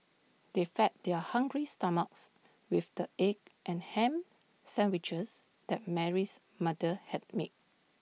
they fed their hungry stomachs with the egg and Ham Sandwiches that Mary's mother had made